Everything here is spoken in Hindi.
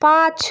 पाँच